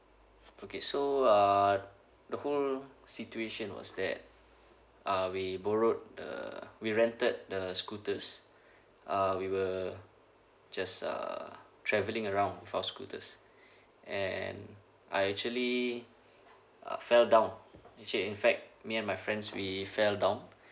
okay so uh the whole situation was that uh we borrowed the we rented the scooters uh we were just uh travelling around with our scooters and I actually uh fell down which is in fact me and my friends we fell down